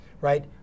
right